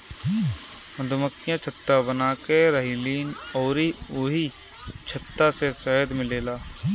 मधुमक्खियाँ छत्ता बनाके रहेलीन अउरी ओही छत्ता से शहद मिलेला